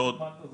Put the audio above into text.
דנמרק היא